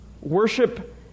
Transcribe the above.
worship